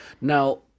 Now